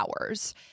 hours